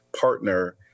partner